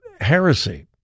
heresy